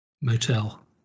motel